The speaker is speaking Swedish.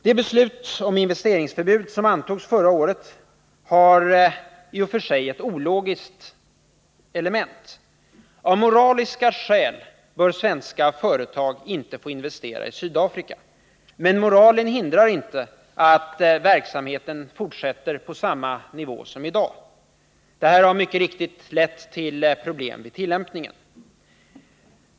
Det beslut om investeringsförbud som antogs förra året har i och för sig ett ologiskt element: Av moraliska skäl bör svenska företag inte få investera i Sydafrika. Men moralen hindrar inte att verksamheten fortsätter på samma nivå som i dag. Detta har mycket riktigt lett till problem vid tillämpningen.